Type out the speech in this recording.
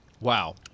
Wow